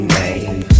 name